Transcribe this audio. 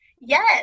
Yes